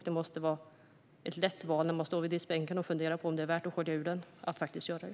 Det måste vara ett lätt val när man står vid diskbänken och funderar på om det är värt att skölja ur den att faktiskt göra det.